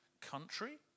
country